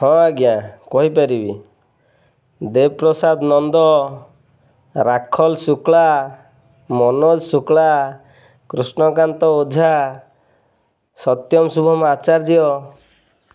ହଁ ଆଜ୍ଞା କହିପାରିବି ଦେବପ୍ରସାଦ ନନ୍ଦ ରାଖଲ ଶୁକ୍ଳା ମନୋଜ ଶୁକ୍ଳା କୃଷ୍ଣକାନ୍ତ ଓଝା ସତ୍ୟମ୍ ଶୁଭମ୍ ଆଚାର୍ଯ୍ୟ